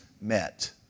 met